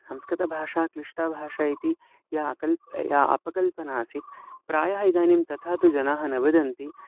संस्कृतभाषा क्लिष्टा भाषा इति या कल् या अपकल्पना आसीत् प्रायः इदानीं तथा तु जनाः न वदन्ति